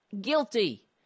guilty